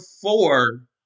four